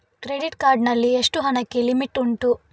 Credit card ನಲ್ಲಿ ಎಷ್ಟು ಹಣಕ್ಕೆ ಲಿಮಿಟ್ ಉಂಟು?